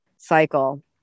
cycle